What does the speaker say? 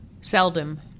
Seldom